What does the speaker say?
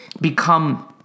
become